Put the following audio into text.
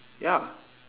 ya